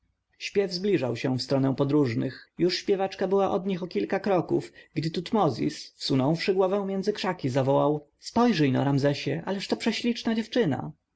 śpiew zbliżał się w stronę podróżnych już śpiewaczka była od nich o kilka kroków gdy tutmozis wsunąwszy głowę między krzaki zawołał spojrzyj-no ramzesie ależ to prześliczna dziewczyna